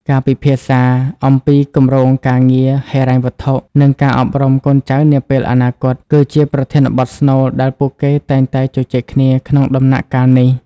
ការពិភាក្សាអំពីគម្រោងការងារ ហិរញ្ញវត្ថុ និងការអប់រំកូនចៅនាពេលអនាគត គឺជាប្រធានបទស្នូលដែលពួកគេតែងតែជជែកគ្នាក្នុងដំណាក់កាលនេះ។